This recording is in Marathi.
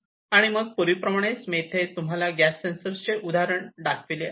तर मग पूर्वीप्रमाणेच मी येथे तुम्हाला गॅस सेंसर चे उदाहरण दाखविते